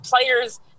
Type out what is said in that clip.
players